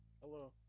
hello